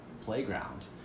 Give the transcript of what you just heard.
playground